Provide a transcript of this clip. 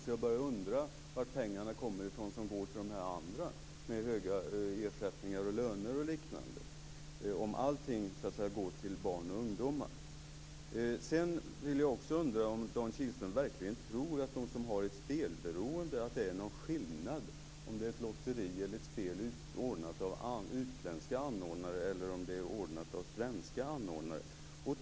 Så jag börjar undra var de pengar kommer ifrån som går till andra ändamål, till ersättningar, löner och liknande. Sedan undrar jag också om Dan Kihlström verkligen tror att det för dem som har ett spelberoende är någon skillnad om det är ett lotteri eller ett spel som är ordnat av utländska anordnare eller om det är ordnat av svenska anordnare.